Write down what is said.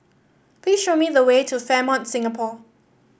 please show me the way to Fairmont Singapore